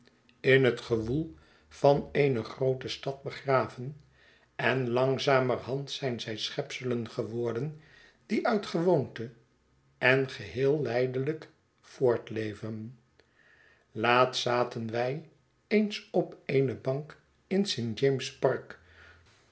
in het gewoel van eene groote stad begraven en langzamerhand zijn zij schepselen geworden die uit gewoonte en geheel lijdelijk voortleven laatst zaten wij eens op eene bank in